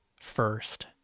first